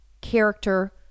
character